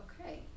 okay